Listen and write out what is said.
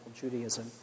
Judaism